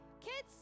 Kids